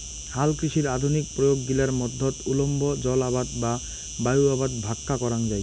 হালকৃষির আধুনিক প্রয়োগ গিলার মধ্যত উল্লম্ব জলআবাদ বা বায়ু আবাদ ভাক্কা করাঙ যাই